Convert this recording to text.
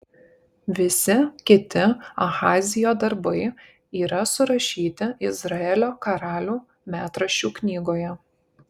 visi kiti ahazijo darbai yra surašyti izraelio karalių metraščių knygoje